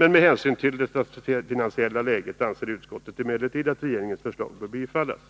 Med hänsyn till det statsfinansiella läget anser utskottet emellertid att regeringens förslag bör bifallas.”